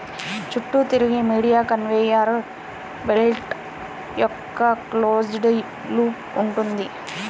చుట్టూ తిరిగే medium conveyor belt యొక్క క్లోజ్డ్ లూప్ ఉంటుంది